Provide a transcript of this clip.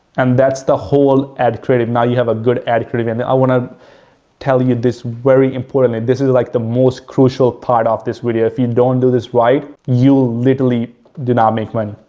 and that's the whole ad creative. now, you have a good ad creative. and i want to tell you this very importantly, this is like the most crucial part of this video. if you don't do this right, you literally do not make money.